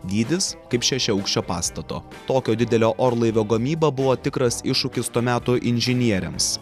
dydis kaip šešiaaukščio pastato tokio didelio orlaivio gamyba buvo tikras iššūkis to meto inžinieriams